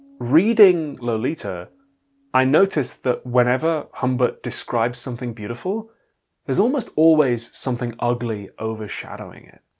reading lolita i noticed that whenever humbert describes something beautiful there's almost always something ugly overshadowing it.